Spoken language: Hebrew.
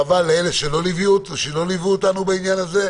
חבל על אלה שלא ליוו אותנו בעניין הזה.